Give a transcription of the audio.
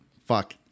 Fuck